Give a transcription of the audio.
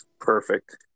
Perfect